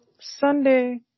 Sunday